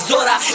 Zora